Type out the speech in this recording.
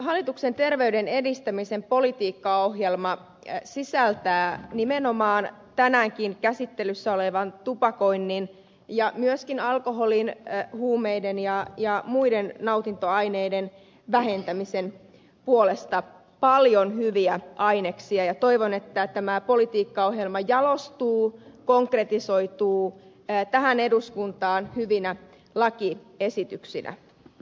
hallituksen terveyden edistämisen politiikkaohjelma sisältää nimenomaan tänäänkin käsittelyssä olevan tupakoinnin ja myöskin alkoholin huumeiden ja muiden nautintoaineiden käytön vähentämisen puolesta paljon hyviä aineksia ja toivon että tämä politiikkaohjelma jalostuu konkretisoituu tähän eduskuntaan hyvinä lakiesityksinä